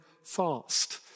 Fast